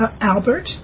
Albert